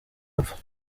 arapfa